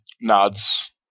nods